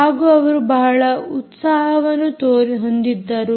ಹಾಗೂ ಅವರು ಬಹಳ ಉತ್ಸಾಹವನ್ನು ಹೊಂದಿದ್ದರು